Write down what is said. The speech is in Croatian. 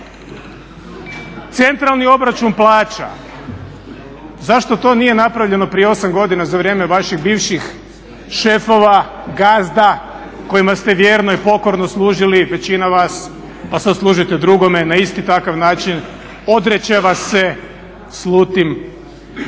Centralni obračun plaća, zašto to nije napravljeno prije 8 godina za vrijeme vaših bivših šefova, gazda kojima ste vjerno i pokorno služili, većina vas, a sad služite drugome na isti takav način … slutim.